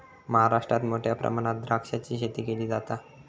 महाराष्ट्रात मोठ्या प्रमाणात द्राक्षाची शेती केली जाता